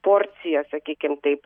porcija sakykim taip